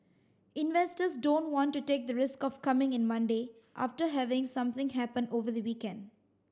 investors don't want to take the risk of coming in Monday after having something happen over the weekend